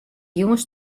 jûns